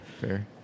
Fair